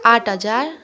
आठ हजार